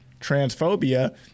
transphobia